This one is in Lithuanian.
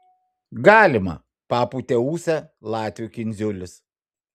galima papūtė ūsą latvių kindziulis